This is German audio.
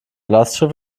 lastschrift